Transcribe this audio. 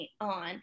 on